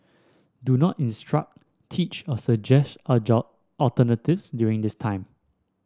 do not instruct teach or suggest a job alternatives during this time